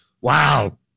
Wow